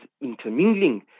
intermingling